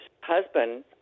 husband